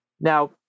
Now